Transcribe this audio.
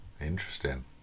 interesting